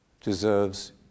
deserves